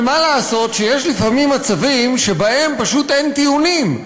אבל מה לעשות שיש לפעמים מצבים שבהם פשוט אין טיעונים,